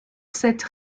cette